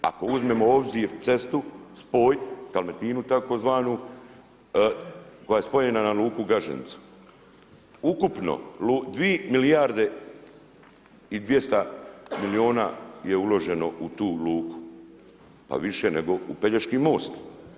Ako uzmemo u obzir cestu, spoj, dalmatinku tzv. koja je spojena na luku Gaženica, ukupno dvije milijarde i dvjesta milijuna je uloženo u tu luku, pa više nego u Pelješki most.